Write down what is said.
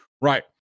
Right